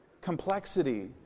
complexity